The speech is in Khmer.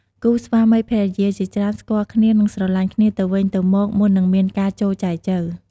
គូស្វាមីភរិយាជាច្រើនស្គាល់គ្នា និងស្រលាញ់គ្នាទៅវិញទៅមកមុននឹងមានការចូលចែចូវ។